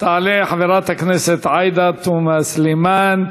תעלה חברת הכנסת עאידה תומא סלימאן,